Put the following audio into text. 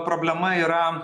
problema yra